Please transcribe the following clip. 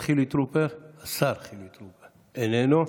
השר חילי טרופר, איננו,